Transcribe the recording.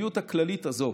אבל המדיניות הכללית הזאת